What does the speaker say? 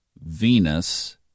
Venus